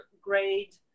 grade